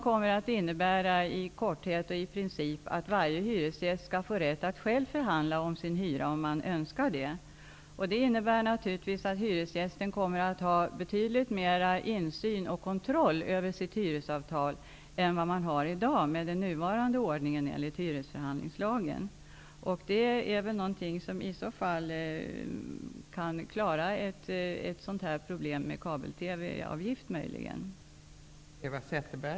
Ändringarna kommer i korthet i princip att innebära att varje hyresgäst själv skall få rätt att förhandla om sin hyra, om så önskas. Det innebär att hyresgästen kommer att ha betydligt mer insyn och större kontroll över sitt hyresavtal än i dag, med den nuvarande ordningen enligt hyresförhandlingslagen. Problemet med kabel-TV-avgift klaras möjligen med dessa förändringar.